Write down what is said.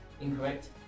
Incorrect